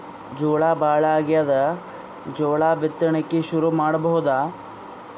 ಝಳಾ ಭಾಳಾಗ್ಯಾದ, ಜೋಳ ಬಿತ್ತಣಿಕಿ ಶುರು ಮಾಡಬೋದ?